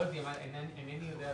אינני יודע,